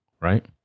Right